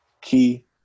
key